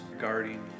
guarding